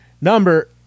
number